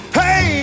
hey